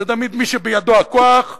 זה תמיד מי שבידו הכוח,